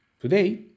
today